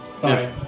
Sorry